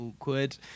awkward